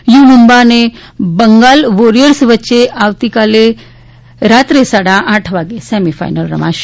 you Mumba અને Bengal Warriors વચ્ચે આવતીકાલે રાત્રે સાડા આઠ વાગે સેમીફાઇનલ રમાશે